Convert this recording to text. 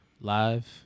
Live